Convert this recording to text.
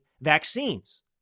vaccines